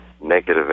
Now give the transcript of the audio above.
negative